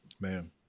Man